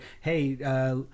hey